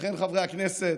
לכן, חברי הכנסת,